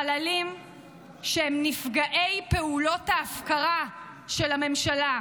חללים שהם נפגעי פעולות ההפקרה של הממשלה.